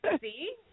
See